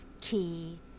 key